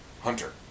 Hunter